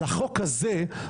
החוק הזה,